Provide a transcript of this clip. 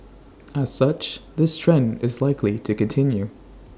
as such this trend is likely to continue